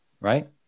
right